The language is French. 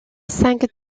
cinq